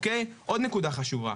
עוד נקודה חשובה,